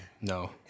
No